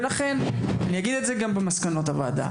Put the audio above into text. ואגיד את זה גם במסקנות הוועדה.